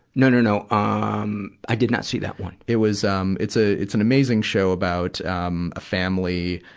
no, no, no. ah um i did not see that one. dr. it was, um, it's a, it's an amazing show about, um, a family,